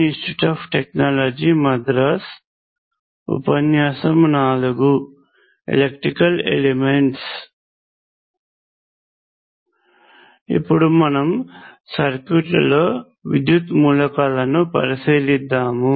ఇప్పుడు మనము సర్క్యూట్లలో విద్యుత్ మూలకాలను పరిశీలిద్దాము